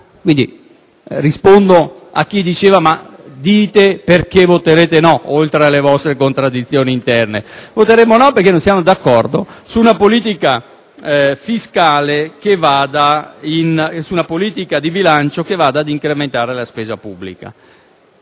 scelta. Rispondo ora a chi chiedeva: «Dite perché voterete no, oltre alle vostre contraddizioni interne». Voteremo no perché non siamo d'accordo con una politica di bilancio che vada ad incrementare la spesa pubblica: